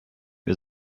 wir